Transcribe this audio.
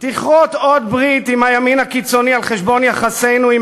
תכרות עוד ברית עם הימין הקיצוני על חשבון יחסינו עם